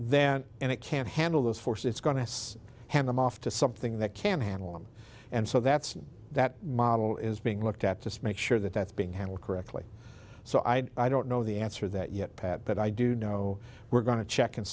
then and it can't handle this force it's going to hand them off to something that can handle them and so that's that model is being looked at just make sure that that's being handled correctly so i i don't know the answer that yet pat but i do know we're going to check and